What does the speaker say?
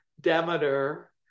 Demeter